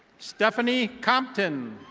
stephanie copton.